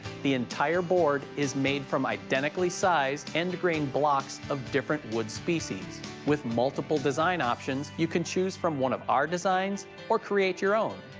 the entire board is made from identically sized end grained blocks of different wood species with multiple design options you can choose from one of our designs or create your own.